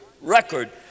record